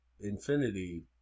infinity